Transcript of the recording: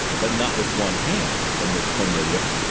but not with one hand, said miss cornelia,